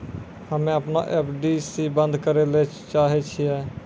हम्मे अपनो एफ.डी बन्द करै ले चाहै छियै